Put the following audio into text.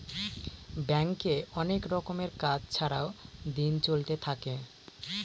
ব্যাঙ্কে অনেক রকমের কাজ ছাড়াও দিন চলতে থাকে